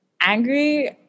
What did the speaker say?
angry